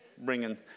Bringing